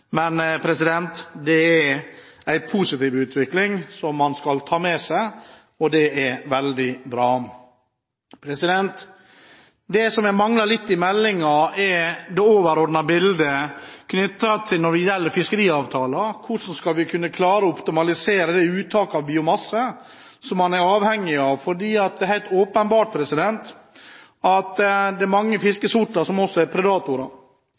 Men det er en positiv utvikling som man skal ta med seg, og det er veldig bra. Det som mangler litt i meldingen, er det overordnede bildet knyttet til fiskeriavtalen – hvordan vi skal kunne klare å optimalisere det uttaket av biomasse som man er avhengig av, for det er helt åpenbart at det er mange fiskesorter som også er predatorer.